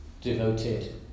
devoted